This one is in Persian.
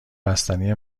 بستنی